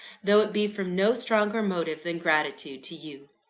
though it be from no stronger motive than gratitude to you.